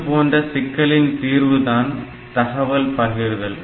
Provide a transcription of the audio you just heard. இதுபோன்ற சிக்கலின் தீர்வு தான் தகவல் பகிர்தல்